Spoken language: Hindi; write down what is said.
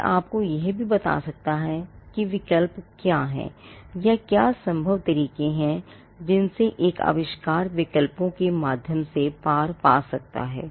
यह आपको यह भी बता सकता है कि विकल्प क्या हैं या क्या संभव तरीके हैं जिनसे एक आविष्कार विकल्पों के माध्यम से पार पा सकता है